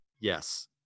yes